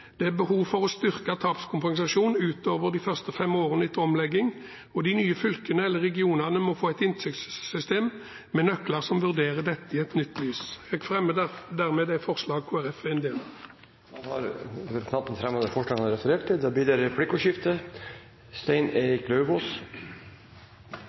Det er behov for å styrke tapskompensasjonen ut over de fem første årene etter omlegging. De nye fylkene, eller regionene, må få et inntektssystem med nøkler som vurderer dette i et nytt lys. Jeg fremmer dermed det forslaget Kristelig Folkeparti er en del av. Representanten Geir Sigbjørn Toskedal har tatt opp det forslaget han refererte til Det blir replikkordskifte.